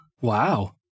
Wow